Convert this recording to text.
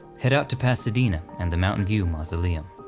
head out to pasadena and the mountain view mausoleum.